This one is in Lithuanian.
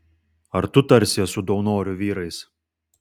ar tu tarsies su daunorių vyrais